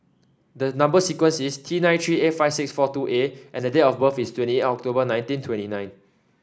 the number sequence is T nine three eight five six four two A and date of birth is twenty October nineteen twenty nine